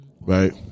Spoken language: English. Right